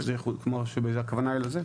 שזה יחול כמו, הכוונה היא לזה?